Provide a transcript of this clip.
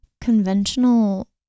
conventional